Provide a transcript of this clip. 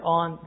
on